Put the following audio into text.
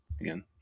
again